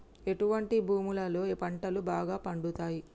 ఎటువంటి భూములలో పంటలు బాగా పండుతయ్?